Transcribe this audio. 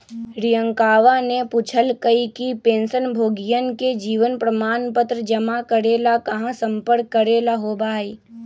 रियंकावा ने पूछल कई कि पेंशनभोगियन के जीवन प्रमाण पत्र जमा करे ला कहाँ संपर्क करे ला होबा हई?